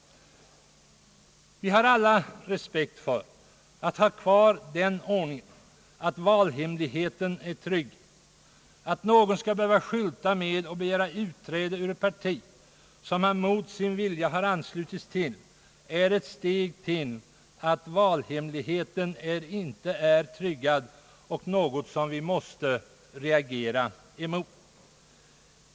Vi har alla respekt för att ha kvar den ordningen att valhemligheten skall vara tryggad. Det förhållandet att någon skall behöva skylta med att begära utträde ur ett parti, som han mot sin vilja har anslutits till, innebär väl ett steg i riktning mot att valhemligheten inte är tryggad — något som vi måste reagera emot.